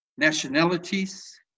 Nationalities